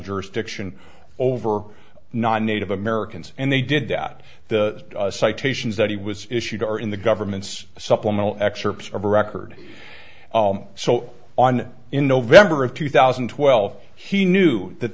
jurisdiction over non native americans and they did that the citations that he was issued are in the government's supplemental excerpts of record so on in november of two thousand and twelve he knew that